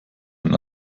ein